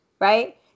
right